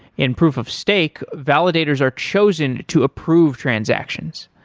in proof of stake, validators are chosen to approve transactions.